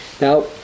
Now